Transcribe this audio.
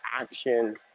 action